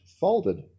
folded